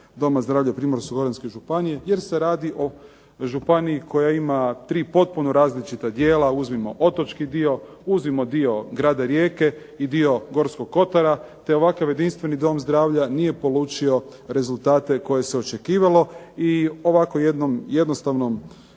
Doma zdravlja Primorsko-goranske županije, jer se radi o županiji koja ima tri potpuno različita dijela. Uzmimo otočki dio, uzmimo dio grada Rijeke i dio Gorskog kotara, te ovakav jedinstveni dom zdravlja nije polučio rezultate koje se očekivalo i ovako jednom jednostavnom